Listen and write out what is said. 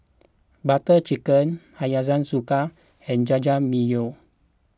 Butter Chicken Hiyashi Chuka and Jajangmyeon